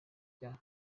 rya